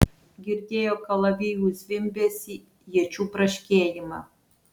girdėjo kalavijų zvimbesį iečių braškėjimą